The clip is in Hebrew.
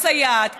מסייעת?